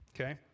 okay